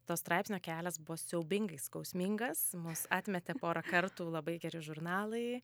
to straipsnio kelias buvo siaubingai skausmingas mus atmetė porą kartų labai geri žurnalai